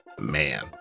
man